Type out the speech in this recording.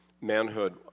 manhood